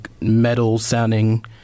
metal-sounding